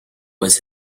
was